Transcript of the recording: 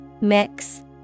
Mix